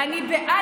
מירב,